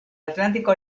atlántico